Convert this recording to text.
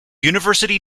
university